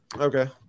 Okay